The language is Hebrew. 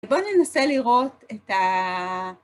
בואו ננסה לראות את ה...